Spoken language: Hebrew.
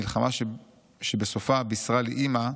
מלחמה שבסופה בישרה לי אימא,